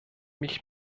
mich